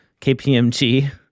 KPMG